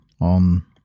on